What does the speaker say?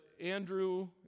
Andrew